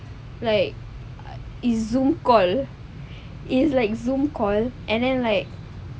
like it's zoom call it's like zoom call and then like